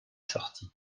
sortit